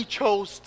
chose